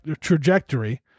trajectory